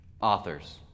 authors